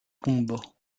rumbo